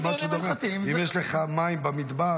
במשהו דומה -- יש דיונים הלכתיים --- אם יש לך מים במדבר,